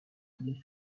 qui